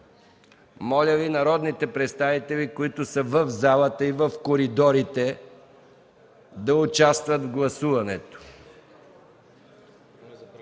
Моля народните представители, които са в залата и в коридорите, да участват в гласуването.